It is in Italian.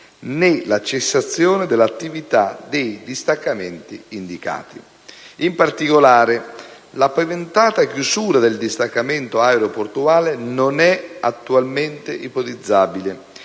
né la cessazione dell'attività dei distaccamenti indicati. In particolare, la paventata chiusura del distaccamento aeroportuale non è attualmente ipotizzabile,